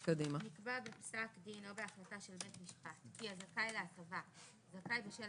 נקבע בפסק דין או בהחלטה של בית משפט כי הזכאי להטבה זכאי בשל